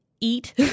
eat